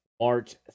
March